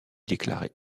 déclaré